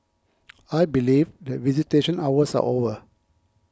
I believe that visitation hours are over